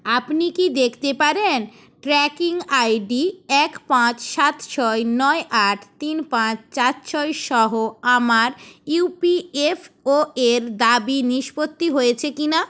আপনি কি দেখতে পারেন ট্র্যাকিং আইডি এক পাঁচ সাত ছয় নয় আট তিন পাঁচ চার ছয় সহ আমার ইউ পি এফ ও এর দাবি নিষ্পত্তি হয়েছে কি না